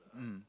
mm